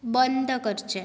बंद करचें